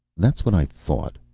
that's what i thought.